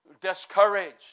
discouraged